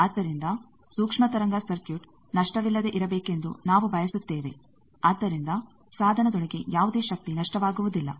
ಆದ್ದರಿಂದ ಸೂಕ್ಷ್ಮತರಂಗ ಸರ್ಕ್ಯೂಟ್ ನಷ್ಟವಿಲ್ಲದೆ ಇರಬೇಕೆಂದು ನಾವು ಬಯಸುತ್ತೇವೆ ಆದ್ದರಿಂದ ಸಾಧನದೊಳಗೆ ಯಾವುದೇ ಶಕ್ತಿ ನಷ್ಟವಾಗುವುದಿಲ್ಲ